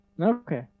Okay